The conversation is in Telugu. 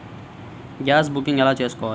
గ్యాస్ బుకింగ్ ఎలా చేసుకోవాలి?